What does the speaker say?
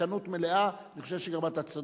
בדווקנות מלאה, אני חושב שאתה גם צודק,